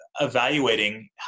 evaluating